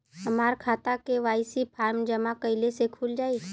हमार खाता KYC form जमा कइले से खुल जाई?